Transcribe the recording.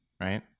right